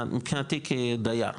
מבחינתי כדייר,